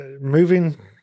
moving